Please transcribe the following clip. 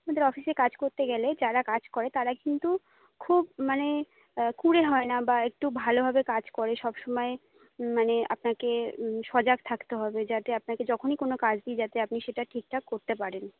আমাদের অফিসে কাজ করতে গেলে যারা কাজ করে তারা কিন্তু খুব মানে কুঁড়ে হয় না বা একটু ভালোভাবে কাজ করে সবসময় মানে আপনাকে সজাগ থাকতে হবে যাতে আপনাকে যখনই কোনো কাজ দিই যাতে আপনি সেটা ঠিকঠাক করতে পারেন